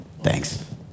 Thanks